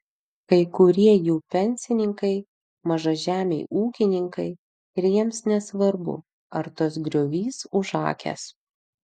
kai kurie jų pensininkai mažažemiai ūkininkai ir jiems nesvarbu ar tas griovys užakęs